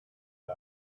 die